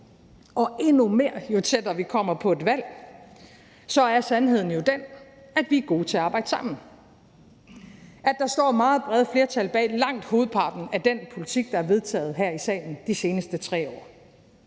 og endnu mere, jo tættere vi kommer på et valg, er sandheden jo den, at vi er gode til at arbejde sammen, og at der står meget brede flertal bag langt hovedparten af den politik, der er vedtaget her i salen de seneste 3 år.